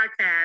podcast